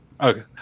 okay